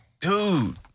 Dude